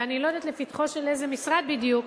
ואני לא יודעת לפתחו של איזה משרד בדיוק,